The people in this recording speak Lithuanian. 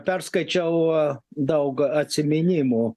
perskaičiau daug atsiminimų